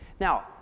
Now